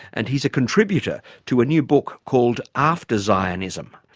and he's a contributor to a new book called after zionism.